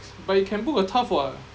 but you can book a turf [what]